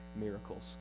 miracles